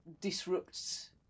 disrupts